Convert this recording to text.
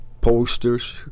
posters